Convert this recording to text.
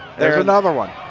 there's another one,